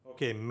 Okay